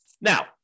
Now